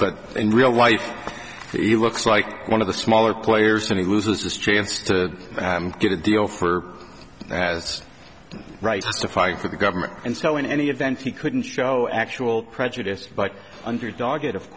but in real life he looks like one of the smaller players and he loses his chance to get a deal for has the right to fight for the government and so in any event he couldn't show actual prejudice but underdog